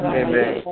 amen